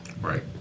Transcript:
right